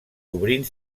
obrint